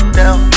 down